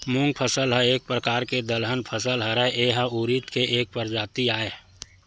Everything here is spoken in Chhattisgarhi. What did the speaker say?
मूंग फसल ह एक परकार के दलहन फसल हरय, ए ह उरिद के एक परजाति आय